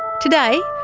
today,